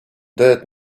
dead